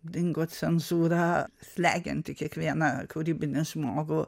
dingo cenzūra slegianti kiekvieną kūrybinį žmogų